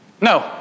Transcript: No